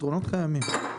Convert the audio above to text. הפתרונות קיימים.